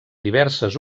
diverses